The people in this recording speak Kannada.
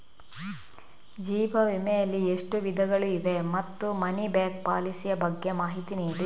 ಜೀವ ವಿಮೆ ಯಲ್ಲಿ ಎಷ್ಟು ವಿಧಗಳು ಇವೆ ಮತ್ತು ಮನಿ ಬ್ಯಾಕ್ ಪಾಲಿಸಿ ಯ ಬಗ್ಗೆ ಮಾಹಿತಿ ನೀಡಿ?